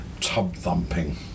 tub-thumping